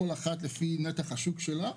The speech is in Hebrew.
כל אחת על פי נתח השוק שלה,